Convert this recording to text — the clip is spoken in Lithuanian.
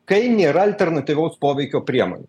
kai nėra alternatyvaus poveikio priemonių